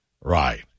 Right